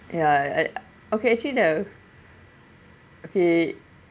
ya and okay actually though okay